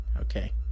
Okay